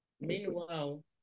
meanwhile